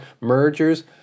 mergers